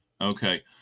Okay